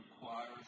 requires